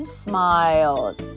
smiled